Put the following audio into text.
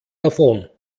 davon